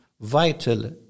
vital